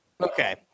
Okay